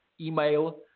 email